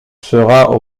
seras